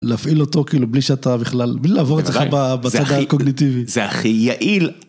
להפעיל אותו כאילו בלי שאתה בכלל, בלי לעבור איתך בצד הקוגניטיבי. זה הכי יעיל.